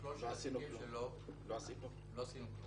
במכלול של התיקים שלו, לא עשינו דבר.